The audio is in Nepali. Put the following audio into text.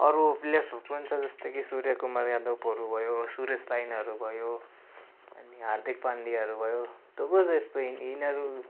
अरू प्लेयर्सहरू पनि छ जस्तै कि सूर्यकुमार यादवहरू भयो सुरेश राइनाहरू भयो अनि हार्दिक पान्ड्याहरू भयो थुप्रो छ यस्तो यिनीहरू